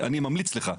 שאני ממליץ לך,